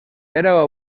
era